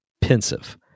Pensive